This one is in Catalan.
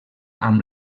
amb